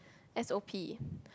S_O_P